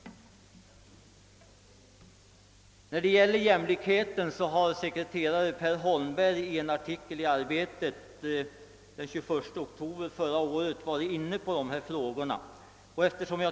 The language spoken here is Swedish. Sekreterare Per Holmberg har i en artikel i Arbetet den 21 oktober förra året berört dessa frågor om jämlikhet.